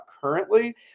currently